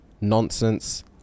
nonsense